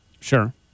Sure